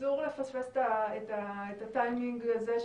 ואסור לפספס את הטיימינג הזה,